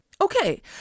Okay